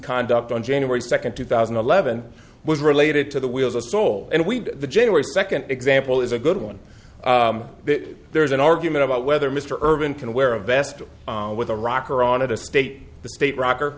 conduct on january second two thousand and eleven was related to the wheels a soul and we the january second example is a good one that there's an argument about whether mr urban can wear a vest with a rocker on it a state the state rocker